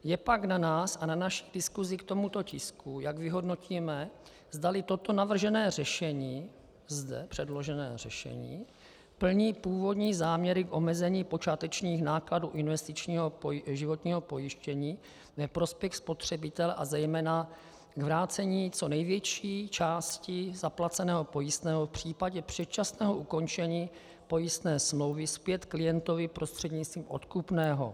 Je pak na nás a na naší diskuzi k tomuto tisku, jak vyhodnotíme, zdali toto navržené řešení, zde předložené řešení, plní původní záměry k omezení počátečních nákladů investičního životního pojištění ve prospěch spotřebitele a zejména k vrácení co největší části zaplaceného pojistného v případě předčasného ukončení pojistné smlouvy zpět klientovi prostřednictvím odkupného.